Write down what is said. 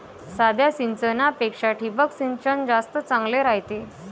साध्या सिंचनापेक्षा ठिबक सिंचन जास्त चांगले रायते